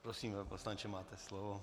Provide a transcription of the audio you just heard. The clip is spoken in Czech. Prosím, pane poslanče, máte slovo.